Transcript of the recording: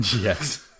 yes